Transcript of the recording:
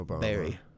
Barry